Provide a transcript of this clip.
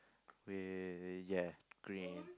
wait wait wait ya green